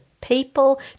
people